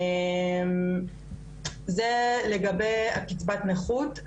זה לגבי קצבת הנכות.